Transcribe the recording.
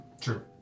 True